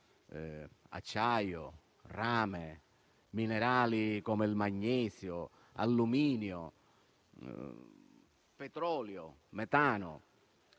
acciaio, rame, minerali come il magnesio, alluminio, petrolio, metano